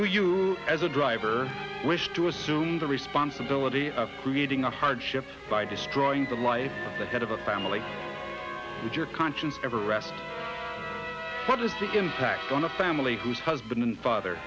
you as a driver wish to assume the responsibility of creating a hardship by destroying the wife of the head of a family if your conscience ever rest what is the impact on a family whose husband father